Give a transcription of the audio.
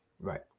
Right